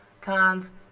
Cons